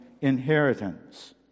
inheritance